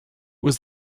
was